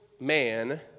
man